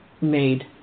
made